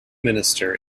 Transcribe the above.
minister